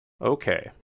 Okay